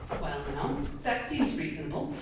well now, that seems reasonable,